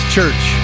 Church